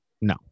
No